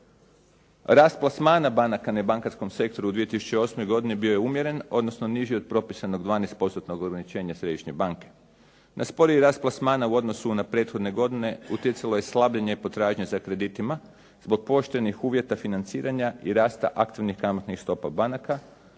Rast plasmana banaka na bankarskom sektoru u 2008. bio je umjeren, odnosno niži od propisanog 12%-tnog ograničenja središnje banke. Na sporiji rast plasmana u odnosu na prethodne godine utjecalo je slabljenje potražnje za kreditima zbog poštenih uvjeta financiranja i rasta aktivnih kamatnih stopa banaka,